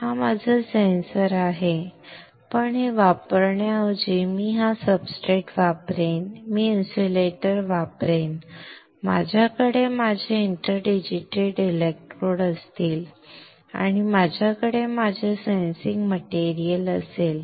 हा माझा सेन्सर आहे पण हे वापरण्याऐवजी मी हा सब्सट्रेट वापरेन मी इन्सुलेटर वापरेन माझ्याकडे माझे इंटरडिजिटेटेड इलेक्ट्रोड असतील आणि माझ्याकडे माझे सेन्सिंग मटेरियलअसेल